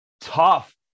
tough